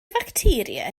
facteria